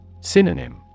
Synonym